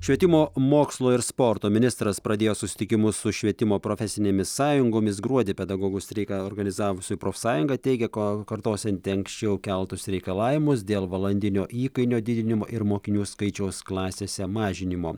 švietimo mokslo ir sporto ministras pradėjo susitikimus su švietimo profesinėmis sąjungomis gruodį pedagogų streiką organizavusi profsąjunga teigia ko kartosianti anksčiau keltus reikalavimus dėl valandinio įkainio didinimo ir mokinių skaičiaus klasėse mažinimo